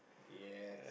ya